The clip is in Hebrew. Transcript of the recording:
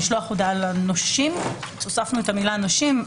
משלוח הודעה לנושים,